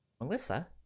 melissa